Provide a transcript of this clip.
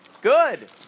Good